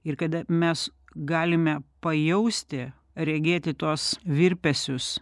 ir kada mes galime pajausti regėti tuos virpesius